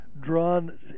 drawn